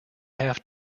half